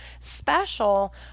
special